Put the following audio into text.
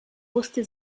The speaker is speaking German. wusste